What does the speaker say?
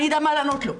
אני אדע מה לענות לו.